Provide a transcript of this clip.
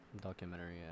documentary